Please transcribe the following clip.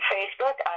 Facebook